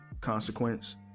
Consequence